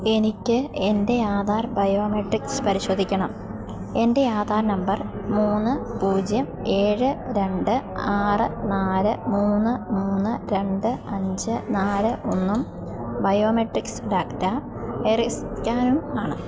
എനിക്ക് എൻറ്റെ ആധാർ ബയോമെട്രിക്സ് പരിശോധിക്കണം എൻറ്റെ ആധാർ നമ്പർ മൂന്ന് പുജ്യം ഏഴ് രണ്ട് ആറ് നാല് മൂന്ന് മൂന്ന് രണ്ട് അഞ്ച് നാല് ഒന്നും ബയോമെട്രിക്സ് ഡാറ്റ എറിസ് സ്കാനും ആണ്